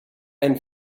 and